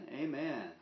Amen